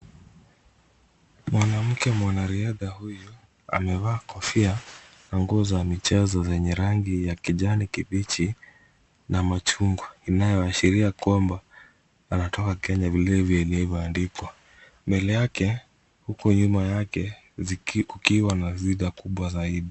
Mwanamke mwanariadha huyu amevaa kofia na nguo za michezo zenye rangi ya kijani kibichi na machugwa inayoashiria kwamba anatoka Kenya vilivyo ilivyoandikwa. Mbele yake huku nyuma yake kukiwa na kubwa zaidi.